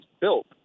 built